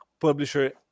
publisher